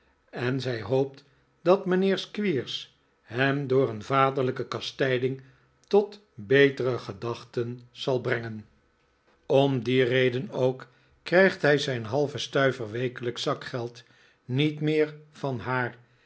en zij hoopt dat mijnheer squeers hem door een vaderlijke kastijding tot betere gedachten zal brengen om die reden krijgt hij ook nikolaas nickleby zijn halven stuiver wekelijksch zakgeld niet meer van haar